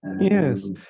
Yes